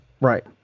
right